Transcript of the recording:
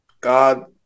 God